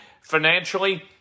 financially